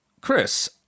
Chris